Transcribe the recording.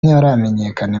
ntiharamenyekana